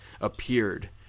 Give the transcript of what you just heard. appeared